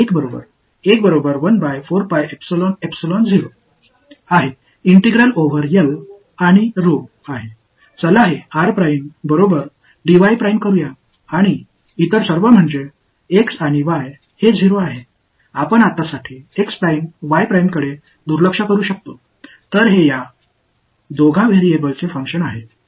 எனவே நான் 1 என்பது சமம் எழுதுவேன் என்பது L மற்றும் இன் ஒருங்கிணைப்புக்கு சமம் இந்த உரிமையை செய்வோம் மற்றவர்கள் X மற்றும் Y 0 என்று அர்த்தப்படுத்துகிறோம் மேலும் இதை இப்போது புறக்கணிக்கலாம் எனவே இது இந்த இரண்டின் மாறிகளின் செயல்பாடாகும்